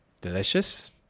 delicious